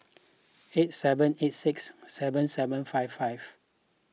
eight seven eight six seven seven five five